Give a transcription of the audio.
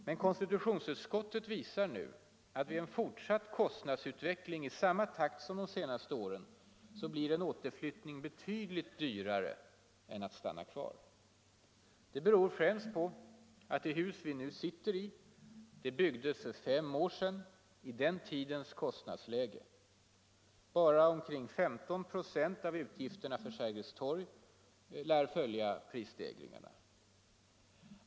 Men konstitutionsutskottet visar nu att vid en fortsatt kostnadsutveckling i samma takt som de senaste åren blir återflyttning betydligt dyrare än att stanna kvar. Det beror främst på att det hus vi nu sitter i byggdes för fem år sedan i den tidens kostnadsläge. Bara omkring 15 946 av utgifterna för Sergels torg följer prisstegringarna.